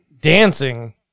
dancing